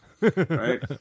Right